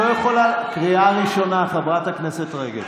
קריאה ראשונה, חברת הכנסת רגב.